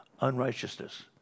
unrighteousness